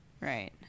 Right